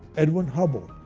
edwin hubble,